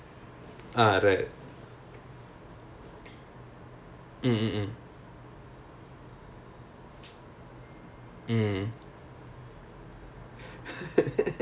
tuition also like இரண்டு:irandu two secondary school kids and they need to learn physics so எனக்கு ஒரு ஒரு மண்ணும் தெரியாது:enakku oru oru mannum theriyaathu